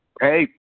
Hey